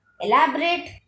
elaborate